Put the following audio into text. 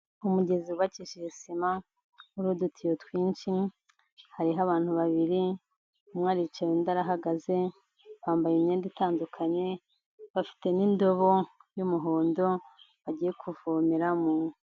Umugezi wubakishije sima, uriho udutiyo twinshi, hariho abantu babiri, umwe aricaye undi arahagaze, bambaye imyenda itandukanye, bafite n'indobo y'umuhondo bagiye kuvomeramo.